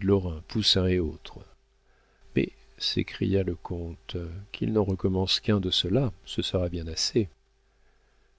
lorrain poussin et autres mais s'écria le comte qu'il n'en recommence qu'un de ceux-là ce sera bien assez